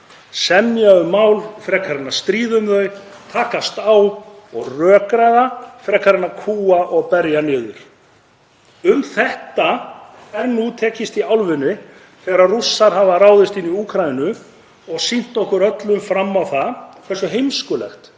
semja um mál frekar en að stríða um þau, takast á og rökræða frekar en að kúga og berja niður. Um þetta er nú tekist á í álfunni þegar Rússar hafa ráðist inn í Úkraínu og sýnt okkur öllum fram á það hversu heimskuleg